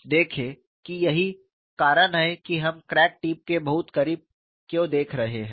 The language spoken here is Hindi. देखें कि यही कारण है कि हम क्रैक टिप के बहुत करीब क्यों देख रहे हैं